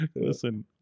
listen